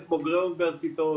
בוגרי אוניברסיטאות,